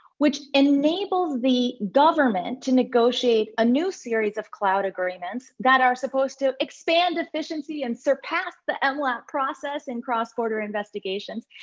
which enabled the government to negotiate a new series of cloud agreements that are supposed to expand efficiency and surpass the and mlat process in cross-border investigations.